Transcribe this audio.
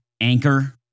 anchor